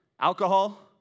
alcohol